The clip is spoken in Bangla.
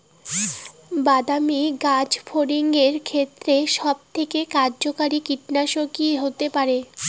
বাদামী গাছফড়িঙের ক্ষেত্রে সবথেকে কার্যকরী কীটনাশক কি হতে পারে?